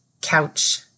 couch